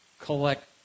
collect